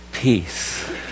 peace